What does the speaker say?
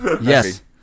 yes